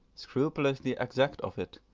scrupulously exact of it,